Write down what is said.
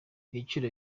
ibiciro